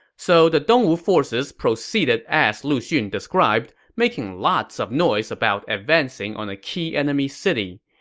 so the dongwu forces proceeded as lu xun described, making lots of noise about advancing on a key enemy city.